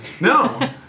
No